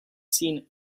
seen